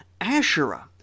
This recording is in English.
Asherah